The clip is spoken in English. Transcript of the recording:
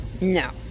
no